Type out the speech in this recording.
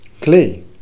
clay